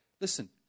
Listen